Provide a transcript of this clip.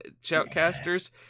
shoutcasters